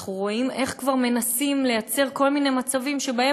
אנחנו רואים איך כבר מנסים ליצור כל מיני מצבים שבם